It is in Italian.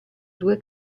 due